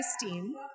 Christine